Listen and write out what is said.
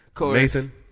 Nathan